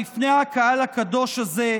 לפני הקהל הקדוש הזה,